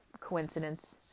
coincidence